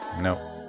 No